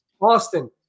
Austin